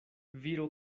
viro